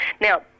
Now